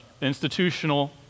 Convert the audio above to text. institutional